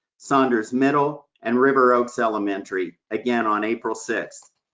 saunders middle, and river oaks elementary, again, on april sixth.